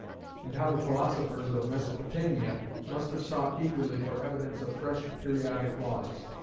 and how the philosophers of mesopotamia must have sought eagerly for evidence of fresh periodic laws.